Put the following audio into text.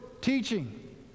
teaching